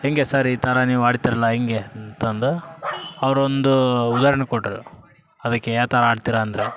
ಹೆಂಗೆ ಸರ್ ಈ ಥರ ನೀವು ಹಾಡ್ತಿರಲ್ಲ ಹೆಂಗೆ ಅಂತಂದು ಅವ್ರು ಒಂದು ಉದಾಹರ್ಣೆ ಕೊಟ್ಟರು ಅದಕ್ಕೆ ಯಾವ ಥರ ಹಾಡ್ತಿರ ಅಂದರೆ